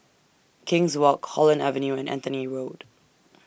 King's Walk Holland Avenue and Anthony Road